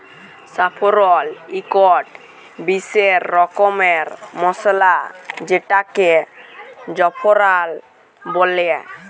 saffron ইকট বিসেস রকমের মসলা যেটাকে জাফরাল বল্যে